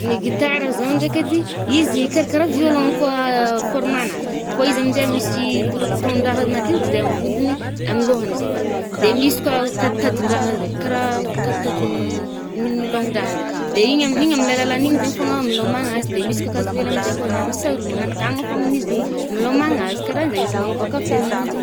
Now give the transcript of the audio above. Ny gitara zao ndraiky edy i, izy kar-karaha violon koà, forme-anazy. Fô izy aminje, misy i bout-bouton-ndraha madiniky zay amy vodiny ih, amy lôhagny zafady. De misy koao taditadin-draha zay, karaha taditadin'ny mil-milôngin-draha zay. De igny am-igny aminy alan’igny zay fôgna amilômagna azy. De misy kakazo hely amzay kô na-msalô managny tanagna fô amin’izy i, amilômagna azy, karahanzay izy manaboàka feony amizay.